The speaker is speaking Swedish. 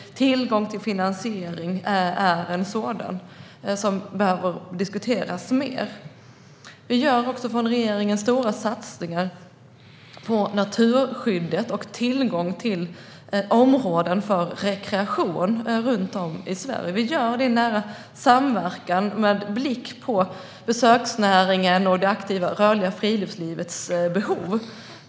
Tillgång till finansiering är en del som behöver diskuteras mer. Regeringen gör stora satsningar på naturskyddet och tillgången till områden för rekreation runt om i Sverige. Vi gör det i nära samverkan med blick på besöksnäringen och det aktiva, rörliga friluftslivets behov.